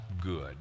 good